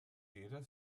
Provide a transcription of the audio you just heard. jeder